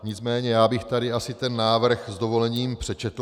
Nicméně já bych asi ten návrh s dovolením přečetl.